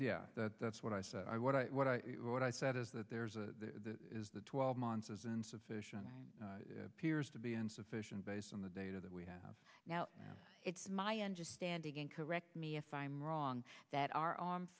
yeah that's what i said i what i what i what i said is that there's a is the twelve months isn't sufficient appears to be insufficient based on the data that we have now it's my understanding and correct me if i'm wrong that our armed